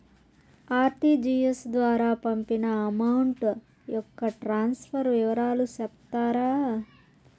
RTGS ద్వారా పంపిన amount యొక్క ట్రాన్స్ఫర్ వివరాలు సెప్తారా